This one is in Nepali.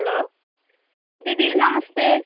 हेलो दिदी नमस्ते